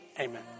amen